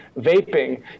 vaping